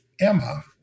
Emma